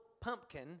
pumpkin